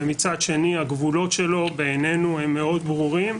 ומצד שני, הגבולות שלו בעניינו הם מאוד ברורים.